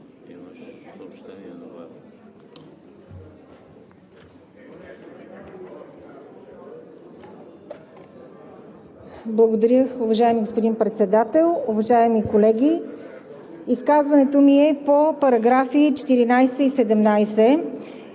Благодаря, уважаеми господин Председател. Уважаеми колеги! Изказването ми е по параграфи 14 и 17.